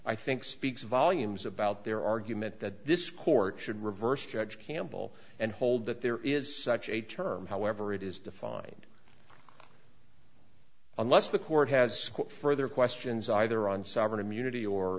i think speaks volumes about their argument that this court should reverse judge campbell and hold that there is such a term however it is defined unless the court has further questions either on sovereign immunity or